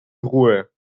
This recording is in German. ruhe